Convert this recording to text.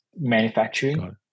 manufacturing